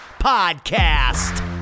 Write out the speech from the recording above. Podcast